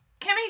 Kimmy